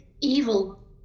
evil